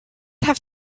have